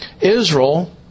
Israel